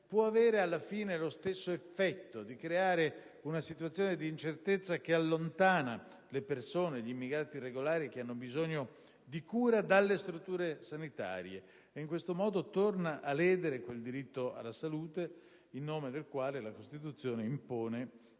provocare lo stesso effetto: quello di creare una situazione di incertezza che allontana le persone, come gli immigrati irregolari, che hanno bisogno di cure dalle strutture sanitarie. In tal modo si torna a ledere quel diritto alla salute in nome del quale la Costituzione impone